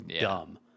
dumb